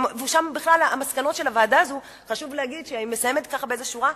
חשוב להגיד שהמסקנות של הוועדה הזאת מסתיימות באיזו שורה: